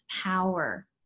power